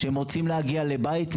כשהם רוצים להגיע לבית,